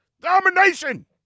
Domination